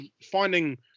finding